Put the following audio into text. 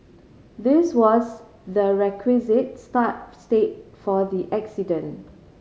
this was the requisite start state for the accident